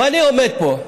אבל אני עומד פה,